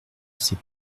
ses